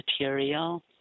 material